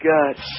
God